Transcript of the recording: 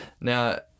Now